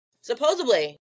Supposedly